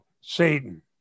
satan